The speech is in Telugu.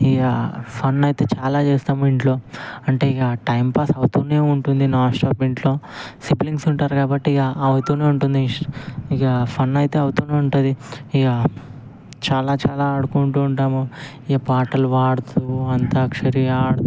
ఇక ఫన్నయితే చాలా చేస్తాము ఇంట్లో అంటే ఇక టైంపాస్ అవుతూనే ఉంటుంది నాన్ స్టాప్ ఇంట్లో సిబ్లింగ్స్ ఉంటారు కాబట్టి ఇక అవుతూనే ఉంటుంది ఇక ఫన్ అయితే అవుతూనే ఉంటుంది ఇక చాలా చాలా ఆడుకుంటూ ఉంటాము ఈ పాటలు పాడుతూ అంత్యాక్షరి ఆడుతూ